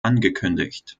angekündigt